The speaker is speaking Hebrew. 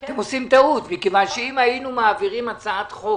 כי אם היינו מעבירים הצעת חוק